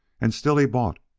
and still he bought,